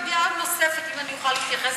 אני אביע דעה נוספת אם אני יכולה להתייחס,